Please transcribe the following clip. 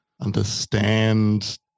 understand